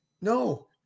No